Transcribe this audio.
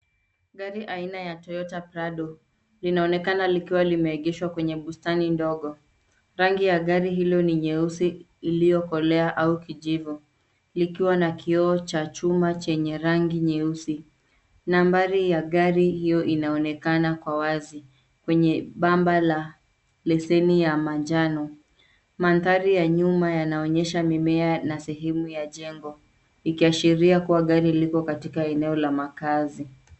Gari aina ya toyota prado linaonekana likiwa limeegeshwa kwenye bustani ndogo. Rangi ya gari hilo ni nyeusi iliyokolea au kijivu likiwa na kioo cha chuma chenye rangi nyeusi. Nambari ya gari hiyo inaonekana kwa wazi kwenye bamba la leseni ya manjano. Mandhari ya nyuma yanaonyesha mimea na sehemu ya jengo ikiashiria kuwa gari liko katika eneo la makaazi.